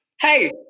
Hey